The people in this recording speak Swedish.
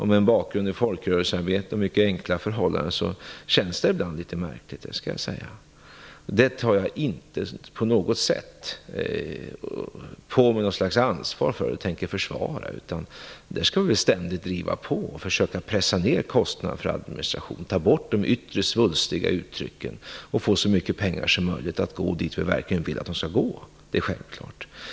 Med bakgrund i folkrörelsearbete och mycket enkla förhållanden känns det ibland litet märkligt. Jag tar inte på något sätt på mig något ansvar för detta, och jag tänker inte försvara det. Vi skall ständigt driva på och försöka pressa ner kostnaderna för administrationen och ta bort de yttre svulstiga uttrycken, så att så mycket pengar som möjligt går dit vi verkligen vill att de skall gå. Det är självklart.